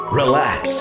relax